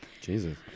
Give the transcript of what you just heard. Jesus